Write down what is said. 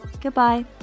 goodbye